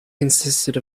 consisted